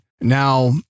now